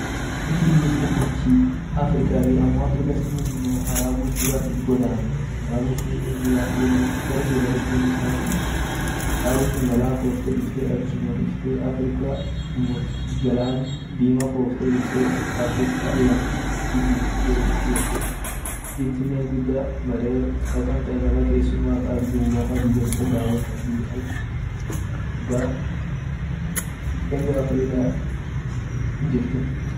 Inchi egypty inchi aficati amo arabu duran itgodanee arabu sunne gar ishin irra duft asia arabun sun galan fofte dufte achuma dufte galan dima fofte dufte africa laf egypt yeden kubetee egyptine akama bare kesuma ak dunga faa dida dufte dawot kabdii ak guba pembe afuri tan ach jirtu.